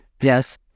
Yes